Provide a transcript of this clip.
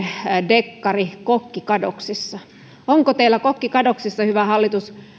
dekkari kokki kadoksissa onko teillä kokki kadoksissa hyvä hallitus